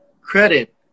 credit